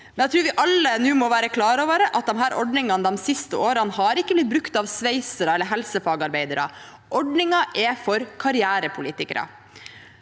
yrke. Jeg tror vi alle nå må være klar over at disse ordningene de siste årene har ikke blitt brukt av sveisere eller helsefagarbeidere. Ordningen er for karrierepolitikere.